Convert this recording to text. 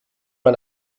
man